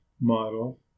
model